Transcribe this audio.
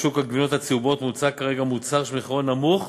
בשוק הגבינות הצהובות מוצע כרגע מוצר שמחירו נמוך